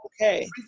okay